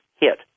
hit